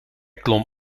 klom